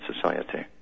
Society